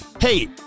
Hey